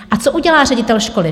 A co udělá ředitel školy?